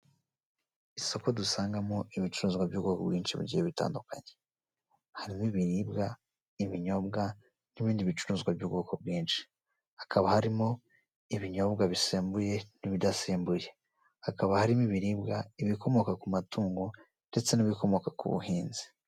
Isoko dusangamo ibicuruzwa by'ubwoko bwinshi bugiye bitandukanye harimo ibiribwa ibinyobwa n'ibindi bicuruzwa by'ubwoko bwinshi, hakaba harimo ibinyobwa bisembuye n'ibidasembuye hakaba harimo ibiribwa ibikomoka ku matungo ndetse n'ibikomoka ku buhinzi.